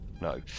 no